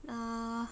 err